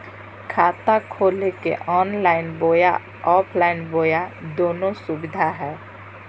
खाता खोले के ऑनलाइन बोया ऑफलाइन बोया दोनो सुविधा है?